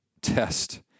test